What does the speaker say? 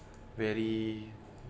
very